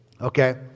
Okay